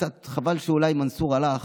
קצת חבל אולי שמנסור הלך,